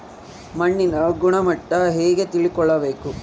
ಮಣ್ಣಿನ ಗುಣಮಟ್ಟ ಹೆಂಗೆ ತಿಳ್ಕೊಬೇಕು?